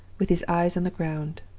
with his eyes on the ground,